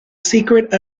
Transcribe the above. secret